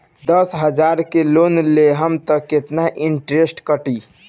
दस हजार के लोन लेहम त कितना इनट्रेस कटी?